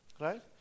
Right